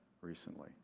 recently